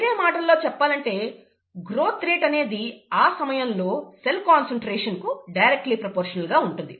వేరే మాటలలో చెప్పాలంటే గ్రోత్ రేట్ అనేది ఆ సమయంలో సెల్ కాన్సన్ట్రేషన్ కు డైరెక్ట్లీ ప్రొపోర్షనల్ గా ఉంటుంది